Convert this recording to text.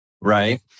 right